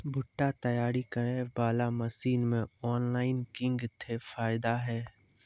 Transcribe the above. भुट्टा तैयारी करें बाला मसीन मे ऑनलाइन किंग थे फायदा हे?